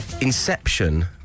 Inception